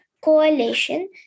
coalition